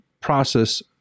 process